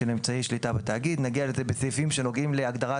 אמצעי שליטה בתאגיד; אנחנו נגיע לזה בסעיפים שנוגעים להגדרת